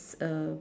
uh